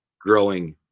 growing